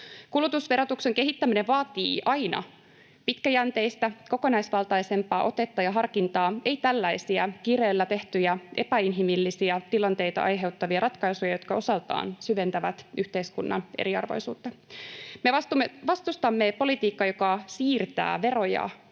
Kulutusverotuksen kehittäminen vaatii aina pitkäjänteistä, kokonaisvaltaisempaa otetta ja harkintaa, ei tällaisia kiireellä tehtyjä epäinhimillisiä tilanteita aiheuttavia ratkaisuja, jotka osaltaan syventävät yhteiskunnan eriarvoisuutta. Me vastustamme politiikkaa, joka siirtää veroja